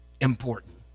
Important